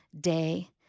day